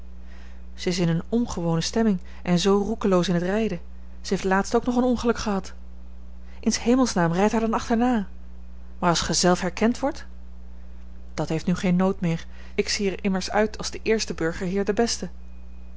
zij is in eene ongewone stemming en zoo roekeloos in het rijden zij heeft laatst ook nog een ongeluk gehad in s hemelsnaam rijd haar dan achterna maar als gij zelf herkend wordt dat heeft nu geen nood meer ik zie er immers uit als de eerste burgerheer de beste